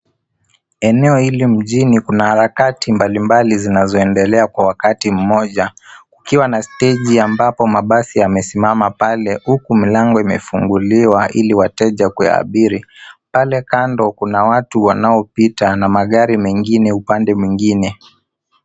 Eneo hili mjini kuna harakati mbalimbali zinazoendelea kwa wakati mmoja kukiwa na steji ambapo mabasi yamesimama pale huku milango imefunguliwa ili wateja kuyaabiri. Pale kando kuna watu wanaopita na magari mengine upande mwingine.